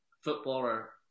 footballer